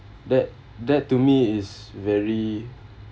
that that to me is very